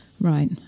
right